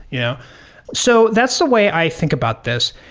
yeah so that's the way i think about this.